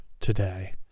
Today